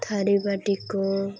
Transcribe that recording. ᱛᱷᱟᱹᱨᱤ ᱵᱟᱹᱴᱤᱠᱚ